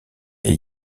est